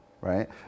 right